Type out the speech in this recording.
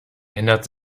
ändert